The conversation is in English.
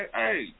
hey